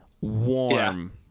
Warm